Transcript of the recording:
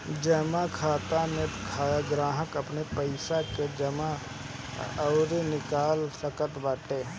जमा खाता में ग्राहक अपनी पईसा के जमा अउरी निकाल सकत बाटे